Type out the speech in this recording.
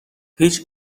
هیچ